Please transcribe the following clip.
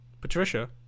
Patricia